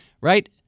right